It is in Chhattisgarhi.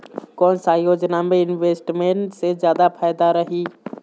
कोन सा योजना मे इन्वेस्टमेंट से जादा फायदा रही?